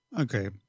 Okay